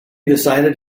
decided